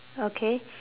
okay